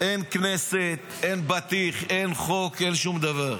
אין כנסת, אין בטיח, אין חוק, אין שום דבר.